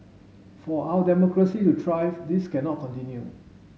for our democracy to thrive this cannot continue